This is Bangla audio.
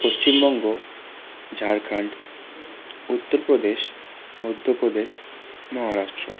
পশ্চিমবঙ্গ ঝাড়খন্ড উত্তরপ্রদেশ মধ্যপ্রদেশ মহারাষ্ট্র